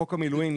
בחוק המילואים,